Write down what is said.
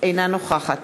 אינה נוכחת